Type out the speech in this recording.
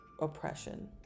oppression